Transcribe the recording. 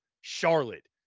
Charlotte